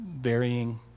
varying